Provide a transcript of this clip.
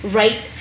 right